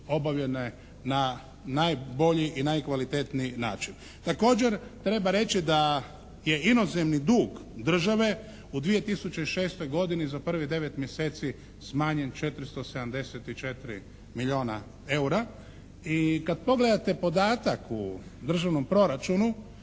obavljene na najbolji i najkvalitetniji način. Također treba reći da je inozemni dug države u 2006. godini za prvih 9 mjeseci smanjen 474 milijuna EUR-a i kad pogledate podatak u Državnom proračunu